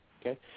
okay